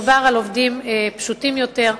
מדובר על עובדים פשוטים יותר,